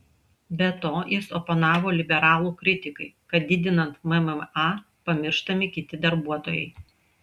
be to jis oponavo liberalų kritikai kad didinant mma pamirštami kiti darbuotojai